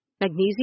Magnesium